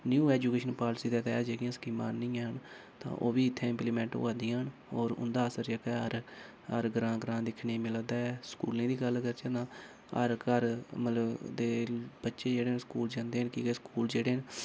new education policy दे तैह्त जेह्कियां स्कीमां आनियां न तां ओह् बी इ'त्थें इंप्लीमेंट होआ दियां न होर उं'दा असर जेह्का ऐ हर ग्रांऽ ग्रांऽ दिक्खने ई मिला दा ऐ स्कूलें दी गल्ल करचै तां हर घर मतलब ओह्दे बच्चे जेह्ड़े न स्कूल जंदे न की के स्कूल जेह्ड़े न